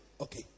Okay